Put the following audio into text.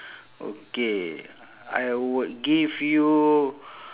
okay I would give you